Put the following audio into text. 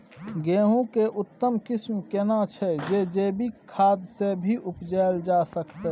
गेहूं के उत्तम किस्म केना छैय जे जैविक खाद से भी उपजायल जा सकते?